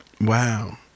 Wow